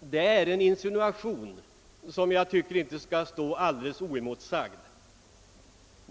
Det är en insinuation som inte kan få stå alldeles oemotsagd.